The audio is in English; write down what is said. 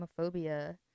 homophobia